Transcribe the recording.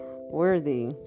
worthy